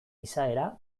izaera